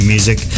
Music